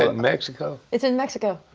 ah mexico? it's in mexico.